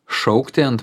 šaukti ant